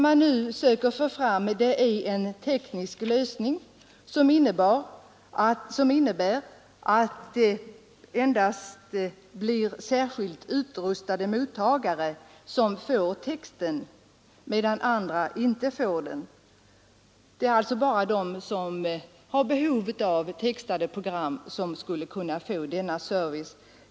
Man försöker få fram en teknisk lösning som innebär att endast särskilt utrustade mottagare återger texten, medan andra inte gör det. Det skulle innebära att bara den som har behov av textade program får denna service.